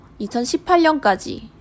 2018년까지